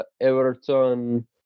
Everton